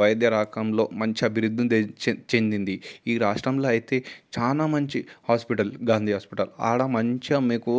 వైద్య రంగంలో మంచి అభివృద్ధి చెందింది ఈ రాష్ట్రంలో అయితే చాలా మంచి హాస్పిటల్ గాంధీ హాస్పిటల్ ఆడ మంచిగా మీకు